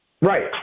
Right